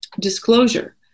disclosure